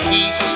Heat